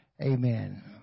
Amen